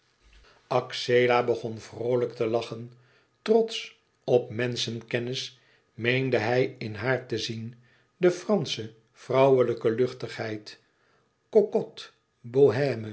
axela begon vroolijk te lachen trotsch op menschenkennis meende hij in haar te zien de fransche vrouwelijke luchtigheid